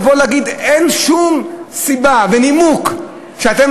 לבוא להגיד: אין שום סיבה ונימוק שאתם,